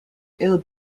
ill